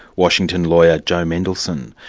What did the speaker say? washington lawyer, joe mendelson.